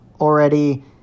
already